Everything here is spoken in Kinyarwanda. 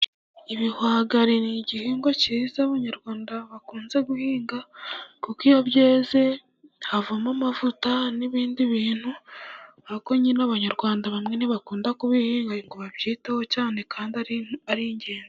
Ibihwagari ni igihingwa kiza abanyarwanda bakunze guhinga, kuko iyo byeze havamo amavuta n'ibindi bintu, nuko nyine abanyarwanda bamwe ntibakunda kubihinga ngo babyiteho cyane, kandi ari ingenzi.